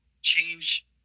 change